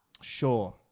Sure